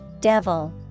Devil